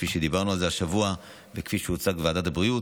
כפי שדיברנו על זה השבוע וכפי שהוצג בוועדת הבריאות.